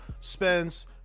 Spence